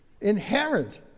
Inherent